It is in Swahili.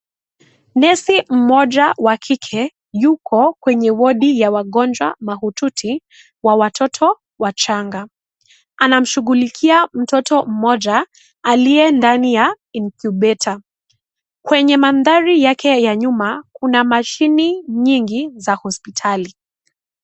Nesi mmoja wa kike yuko kwenye wodi ya wagonjwa mahututi, kwa watoto wachanga. Anamshughulikia mtoto mmoja aliye ndani ya incubator. Kwenye manthari yake ya nyuma kuna mashine nyingi za hospitali.